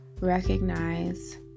recognize